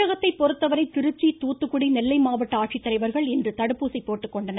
தமிழகத்தை பொறுத்தவரை திருச்சி தூத்துக்குடி நெல்லை மாவட்ட ஆட்சித்தலைவர்கள் இன்று தடுப்பூசி போட்டுக்கொண்டனர்